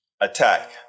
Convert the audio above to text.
attack